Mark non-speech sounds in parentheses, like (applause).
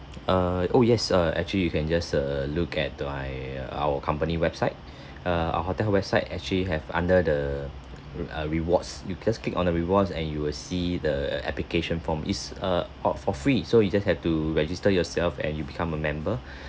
err oh yes err actually you can just err look at the I uh our company website err our hotel website actually have under the re~ uh rewards you just click on the rewards and you will see the application form it's uh orh for free so you just have to register yourself and you become a member (breath)